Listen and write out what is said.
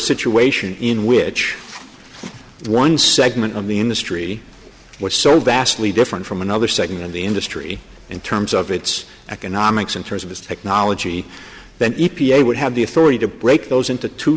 situation in which one segment of the industry was so vastly different from another segment of the industry in terms of its economics in terms of its technology then e p a would have the authority to break those into two